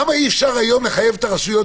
למה אי אפשר לחייב את הרשויות?